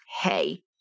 hey